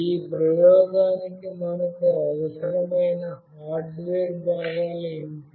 ఈ ప్రయోగానికి మనకు అవసరమైన హార్డ్వేర్ భాగాలు ఏమిటి